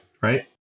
right